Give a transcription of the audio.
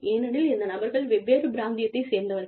ஏனெனில் இந்த நபர்கள் வெவ்வேறு பிராந்தியத்தைச் சேர்ந்தவர்கள்